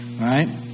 right